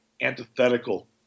antithetical